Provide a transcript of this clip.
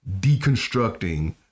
deconstructing